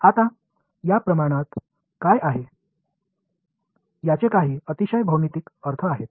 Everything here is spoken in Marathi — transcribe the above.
आता या प्रमाणात काय आहे याचे काही अतिशय भौमितिक अर्थ आहेत